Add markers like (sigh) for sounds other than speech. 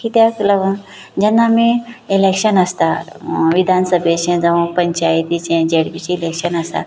कित्याक लागून जेन्ना आमी इलॅक्शन आसता विधानसभेचें जावं पंचायतीचें जें (unintelligible) सिलॅक्शन आसता